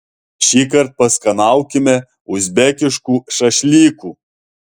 šįkart paskanaukime uzbekiškų šašlykų